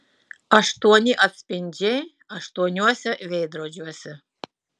aštuoni atspindžiai aštuoniuose veidrodžiuose